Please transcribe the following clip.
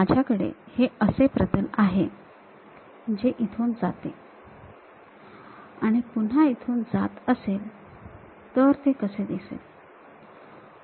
माझ्याकडे हे असे प्रतल आहे जे इथून जाते आणि पुन्हा इथून जात असेल तर ते कसे दिसेल